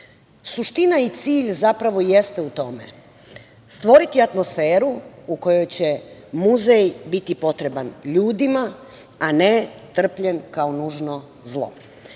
njemu. Suština i cilj zapravo jeste u tome - stvoriti atmosferu u kojoj će muzej biti potreban ljudima, a ne trpljen kao nužno zlo.